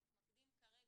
אנחנו מתמקדים כרגע,